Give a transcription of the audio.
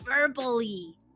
verbally